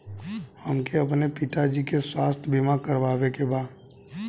हमके अपने पिता जी के स्वास्थ्य बीमा करवावे के बा?